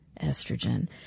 estrogen